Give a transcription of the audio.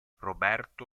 roberto